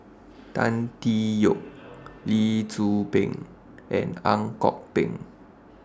Tan Tee Yoke Lee Tzu Pheng and Ang Kok Peng